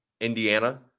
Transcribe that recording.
Indiana